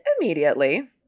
immediately